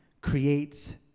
creates